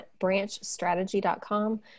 branchstrategy.com